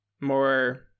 more